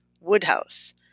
Woodhouse